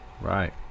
Right